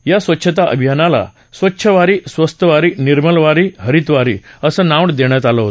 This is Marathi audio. या स्वच्छता अभियानाला स्वच्छ वारी स्वस्थ वारी निर्मल वारी हरित वारी असं नाव देण्यात आलं आहे